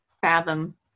fathom